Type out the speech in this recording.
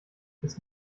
ist